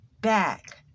back